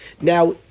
Now